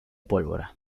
pólvora